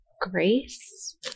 Grace